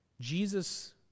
Jesus